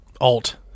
alt